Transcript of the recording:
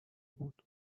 بود